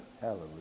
Hallelujah